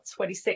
26